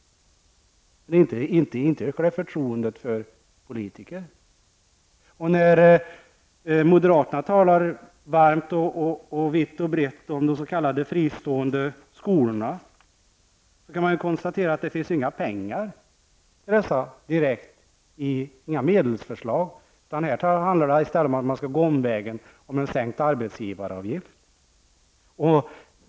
Men det ökar inte förtroendet för politiker. När moderaterna talar varmt, vitt och brett om det s.k. fristående skolorna kan man konstatera att det finns inga pengar, inga medelsförslag till detta. Det handlar i stället om att man skall gå omvägen om en sänkt arbetsgivaravgift.